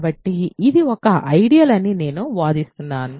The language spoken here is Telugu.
కాబట్టి ఇది ఒక ఐడియల్ అని నేను వాదిస్తున్నాను